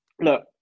look